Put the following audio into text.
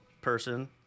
person